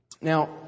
Now